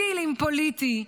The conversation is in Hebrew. דילים פוליטיים,